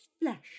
flash